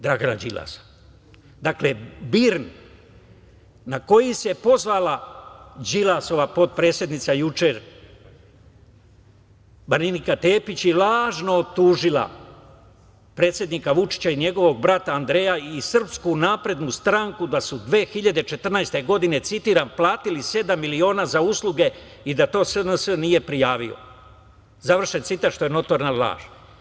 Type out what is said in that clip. Dakle, BIRN, na koji se pozvala Đilasova potpredsednica juče, Marinika Tepić, i lažno optužila predsednika Vučića i njegovog brata Andreja i Srpsku naprednu stranku da su 2014. godine, citiram – platili sedam miliona za usluge i da to SNS nije prijavio, završen citat, što je notorna laž.